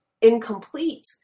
incomplete